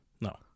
No